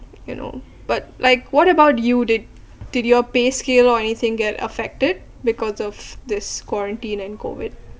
you know but like what about you did did your pay scale or anything get affected because of this quarantine and COVID